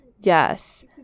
yes